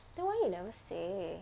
then why you never say